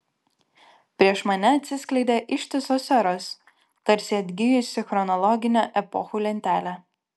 prieš mane atsiskleidė ištisos eros tarsi atgijusi chronologinė epochų lentelė